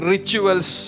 Rituals